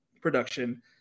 production